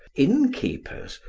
innkeepers,